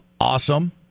Awesome